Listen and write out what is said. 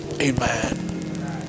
Amen